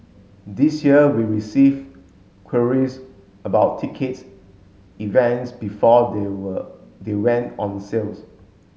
this year we receive queries about tickets events before they were they went on sales